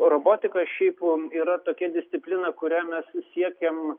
robotika šiaip yra tokia disciplina kuria mes siekėm